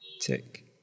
tick